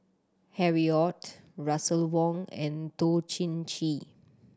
Harry Ord Russel Wong and Toh Chin Chye